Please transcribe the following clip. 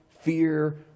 fear